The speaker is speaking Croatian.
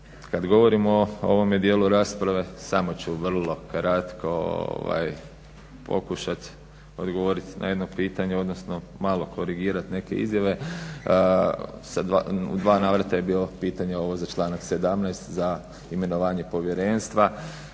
Kada govorimo o ovome dijelu rasprave samo ću vrlo kratko pokušati odgovoriti na jedno pitanje, odnosno malo korigirati neke izjave. U dva navrata je bilo pitanje ovo za članak 17. za imenovanje povjerenstva.